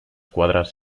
cuadras